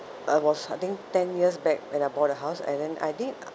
I was I think ten years back when I bought a house and then I did